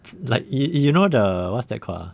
it's like you know the what's that called ah